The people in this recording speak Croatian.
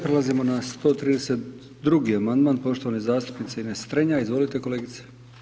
Prelazimo na 132. amandman poštovane zastupnice Ines Strenja, izvolite kolegice.